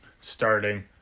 starting